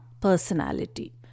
personality